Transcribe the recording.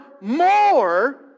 more